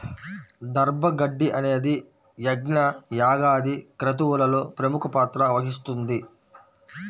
దర్భ గడ్డి అనేది యజ్ఞ, యాగాది క్రతువులలో ప్రముఖ పాత్ర వహిస్తుంది